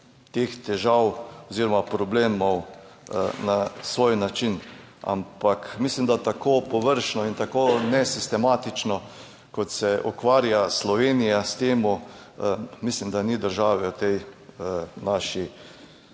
teh težav oziroma problemov na svoj način, ampak mislim, da tako površno in tako nesistematično kot se ukvarja Slovenija s tem, mislim da ni države v tej naši